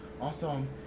Awesome